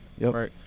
Right